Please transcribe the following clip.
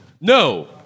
No